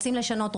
רוצים לשנות,